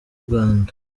rwanda